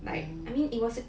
like I mean it was